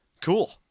Cool